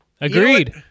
Agreed